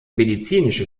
medizinische